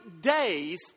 days